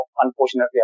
unfortunately